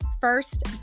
First